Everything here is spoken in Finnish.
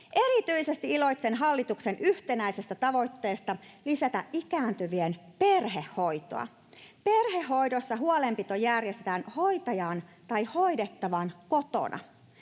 Erityisesti iloitsen hallituksen yhtenäisestä tavoitteesta lisätä ikääntyvien perhehoitoa. Perhehoidossa huolenpito järjestetään hoitajan tai hoidettavan kotona.